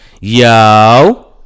Yo